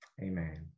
Amen